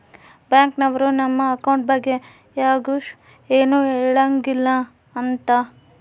bank ನವ್ರು ನಮ್ account ಬಗ್ಗೆ ಯರ್ಗು ಎನು ಹೆಳಂಗಿಲ್ಲ ಅಂತ